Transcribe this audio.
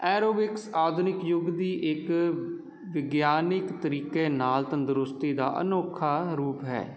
aerobics ਆਧੁਨਿਕ ਯੁੱਗ ਦੀ ਇੱਕ ਵਿਗਿਆਨਿਕ ਤਰੀਕੇ ਨਾਲ਼ ਤੰਦਰੁਸਤੀ ਦਾ ਅਨੌਖਾ ਰੂਪ ਹੈ